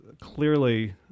clearly